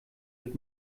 mit